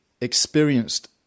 experienced